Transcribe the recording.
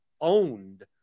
owned